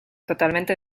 totalmente